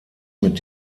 mit